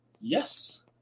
Yes